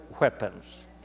weapons